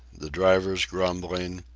the drivers grumbling,